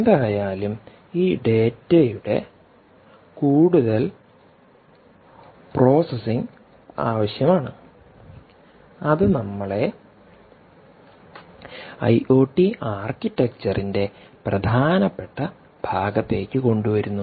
എന്തായാലും ഈ ഡാറ്റയുടെ കൂടുതൽ പ്രോസസ്സിംഗ് ആവശ്യമാണ് അത് നമ്മളെ ഐഒടി ആർക്കിടെക്ചറിൻറെ പ്രധാനപ്പെട്ട ഭാഗത്തേക്ക് കൊണ്ടുവരുന്നു